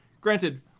Granted